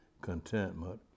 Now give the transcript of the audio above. contentment